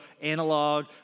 analog